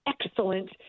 excellent